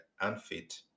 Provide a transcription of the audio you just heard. unfit